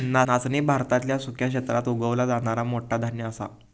नाचणी भारतातल्या सुक्या क्षेत्रात उगवला जाणारा मोठा धान्य असा